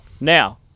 Now